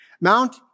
Mount